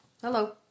Hello